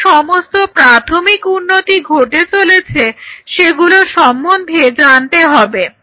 যে সমস্ত প্রাথমিক উন্নতি ঘটে চলেছে সেগুলো সম্পর্কে জানতে হবে